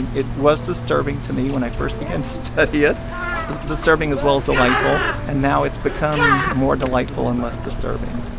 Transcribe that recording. and it was disturbing to me when i first began to study it disturbing as well as delightful. and now it's become more delightful and less disturbing